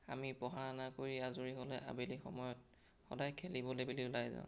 আমি পঢ়া শুনা কৰি আজৰি হ'লে আবেলি সময়ত সদায় খেলিবলৈ বুলি ওলাই যাওঁ